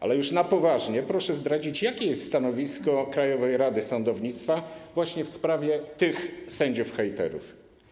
A tak na poważnie, proszę zdradzić, jakie jest stanowisko Krajowej Rady Sądownictwa właśnie w sprawie tych sędziów hejterów.